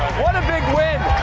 what a big win.